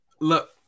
look